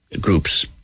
groups